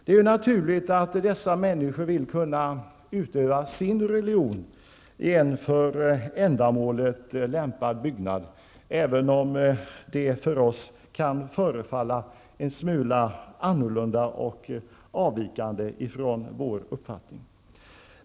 Det är naturligt att dessa människor vill kunna utöva sin religion i en för ändamålet lämpad byggnad, även om de för oss kan förefalla en smula annorlunda och har en avvikande uppfattning.